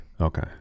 Okay